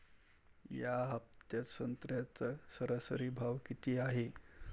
या हफ्त्यात संत्र्याचा सरासरी भाव किती हाये?